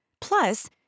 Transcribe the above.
Plus